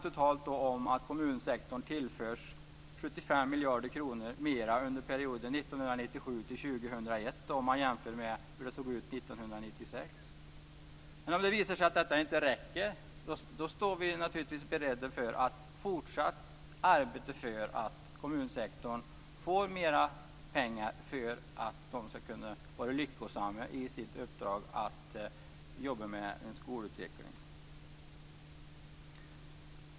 Totalt tillförs kommunsektorn 75 miljarder kronor mer under perioden 1997-2001 - detta jämfört med hur det såg ut 1996. Om det visar sig att detta inte räcker står vi naturligtvis beredda att fortsatt arbeta för att kommunsektorn får mera pengar för att man skall kunna vara lyckosam i sitt uppdrag med att jobba med skolutveckling.